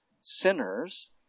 sinners